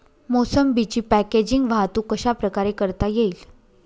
मोसंबीची पॅकेजिंग वाहतूक कशाप्रकारे करता येईल?